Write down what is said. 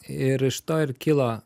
ir iš to ir kilo